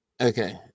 Okay